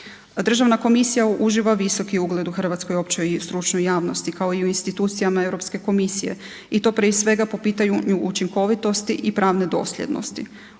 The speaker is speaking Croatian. Državna komisija uživa visoki ugled u hrvatskoj općoj i stručnoj javnosti, kao i u institucijama Europske komisije i to prije svega po pitanju učinkovitosti i pravne dosljednosti.